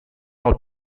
out